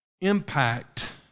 impact